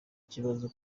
kibazo